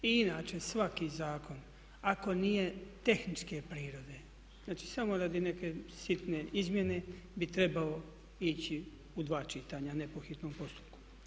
I inače svaki zakon ako nije tehničke prirode, znači samo radi neke sitne izmjene, bi trebao ići u dva čitanja a ne po hitnom postupku.